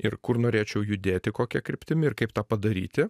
ir kur norėčiau judėti kokia kryptimi ir kaip tą padaryti